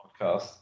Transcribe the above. podcast